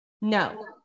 No